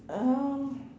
um